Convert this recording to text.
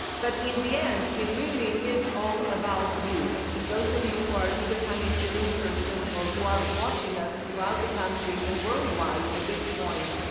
but in the end, it really is all about you, those of you who are either coming here in perpendicular or who are watching us throughout the country and worldwide as this point,